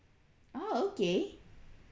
oh okay